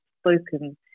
spoken